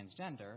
Transgender